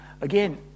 again